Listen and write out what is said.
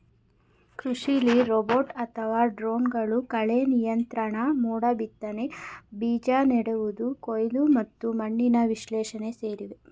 ಕೃಷಿಲಿ ರೋಬೋಟ್ ಅಥವಾ ಡ್ರೋನ್ಗಳು ಕಳೆನಿಯಂತ್ರಣ ಮೋಡಬಿತ್ತನೆ ಬೀಜ ನೆಡುವುದು ಕೊಯ್ಲು ಮತ್ತು ಮಣ್ಣಿನ ವಿಶ್ಲೇಷಣೆ ಸೇರಿವೆ